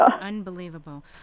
Unbelievable